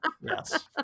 Yes